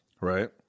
right